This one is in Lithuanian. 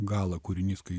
gala kūrinys kai